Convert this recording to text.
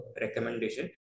recommendation